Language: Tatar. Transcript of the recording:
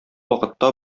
вакытта